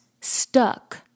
stuck